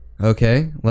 Okay